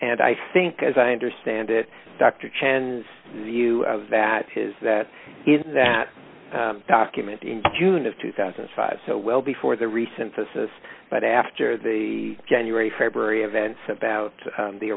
and i think as i understand it dr chan view of that is that in that document in june of two thousand and five so well before the recent assess but after the january february events about